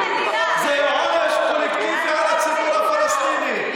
עונש קולקטיבי לציבור הפלסטיני.